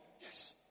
Yes